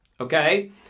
Okay